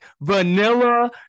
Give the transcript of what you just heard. vanilla